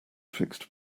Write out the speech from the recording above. fixed